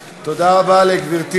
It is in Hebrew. לברוח.